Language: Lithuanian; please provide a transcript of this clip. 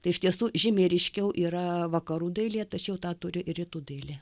tai iš tiesų žymiai ryškiau yra vakarų dailėje tačiau tą turi ir rytų dailė